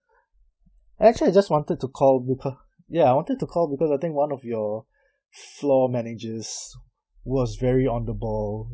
actually I just wanted to call beca~ ya I wanted to call because I think one of your floor managers was very on the ball